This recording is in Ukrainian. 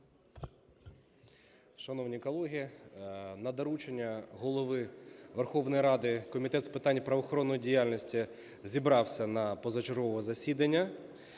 Шановні колеги, на доручення Голови Верховної Ради Комітет з питань правоохоронної діяльності зібрався на позачергове засідання.